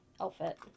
outfit